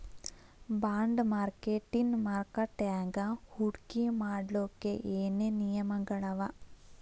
Bond ಮಾರ್ಕೆಟಿನ್ ಮಾರ್ಕಟ್ಯಾಗ ಹೂಡ್ಕಿ ಮಾಡ್ಲೊಕ್ಕೆ ಏನೇನ್ ನಿಯಮಗಳವ?